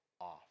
off